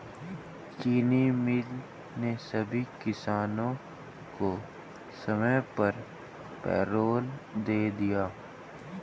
चीनी मिल ने सभी किसानों को समय पर पैरोल दे दिया